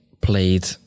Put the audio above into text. played